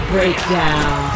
Breakdown